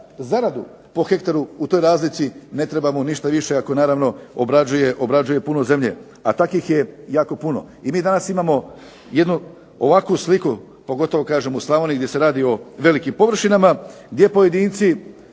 zaradu po hektaru u toj razlici, ne treba mu ništa više ako naravno obrađuje puno zemlje. A takvih je jako puno. I mi danas imamo jednu ovakvu sliku pogotovo u Slavoniji gdje se radi o velikim površinama gdje pojedinci